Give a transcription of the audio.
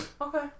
Okay